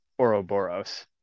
oroboros